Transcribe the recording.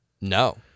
No